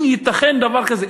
אם ייתכן דבר כזה,